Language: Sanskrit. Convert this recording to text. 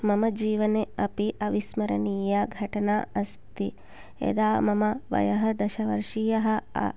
मम जीवने अपि अविस्मरणीया घटना अस्ति यदा मम वयः दशवर्षीयः अ